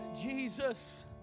Jesus